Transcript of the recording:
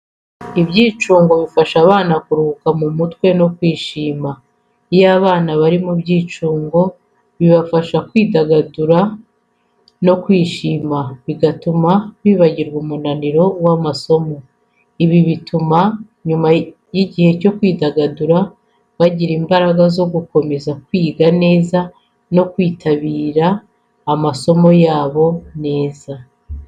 Ibyicungo bifasha abana kuruhuka mu mutwe no kwishima. Iyo abana bari ku byicungo, bibafasha kwidagadura no kwishima, bigatuma bibagirwa umunaniro w’amasomo. Ibi bituma nyuma y’igihe cyo kwidagadura, bagira imbaraga zo gukomeza kwiga neza no kwitabira amasomo yabo neza.